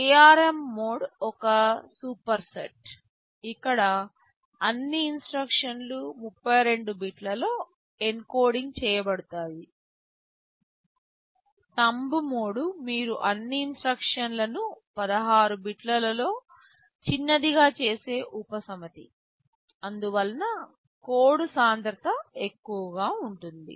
ARM mode ఒక superset ఇక్కడ అన్ని ఇన్స్ట్రక్షన్ లు 32 బిట్లలో ఎన్కోడింగ్ చేయబడతాయి థంబ్ మోడ్ మీరు అన్ని ఇన్స్ట్రక్షన్ లను 16 బిట్లలో చిన్నదిగా చేసే ఉపసమితి అందు వలన కోడ్ సాంద్రత ఎక్కువగా ఉంటుంది